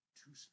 two